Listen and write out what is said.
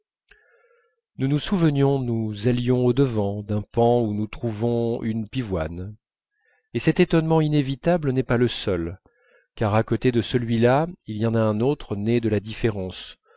nous nous souvenons nous allons au-devant d'un paon et nous trouvons une pivoine et cet étonnement inévitable n'est pas le seul car à côté de celui-là il y en a un autre né de la différence